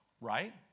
right